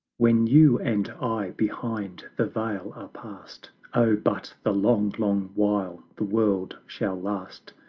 when you and i behind the veil are past, oh, but the long, long while the world shall last,